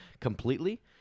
completely